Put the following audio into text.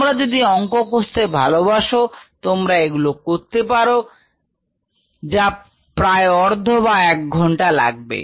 তোমরা যদি অংক কষতে ভালোবাসো তোমরা এগুলো করতে পারো যা প্রায় অর্ধ বা 1 ঘন্টা লাগবে